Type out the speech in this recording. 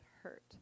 hurt